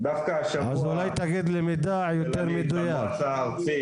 עם ראשי